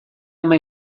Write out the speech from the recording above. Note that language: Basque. ama